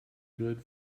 good